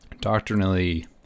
doctrinally